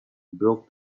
broke